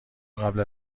قبل